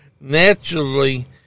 Naturally